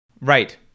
Right